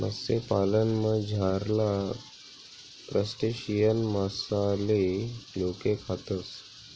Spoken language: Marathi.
मत्स्यपालनमझारला क्रस्टेशियन मासाले लोके खातस